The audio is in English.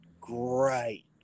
great